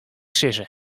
sizze